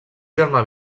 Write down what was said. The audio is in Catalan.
germà